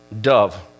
Dove